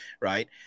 right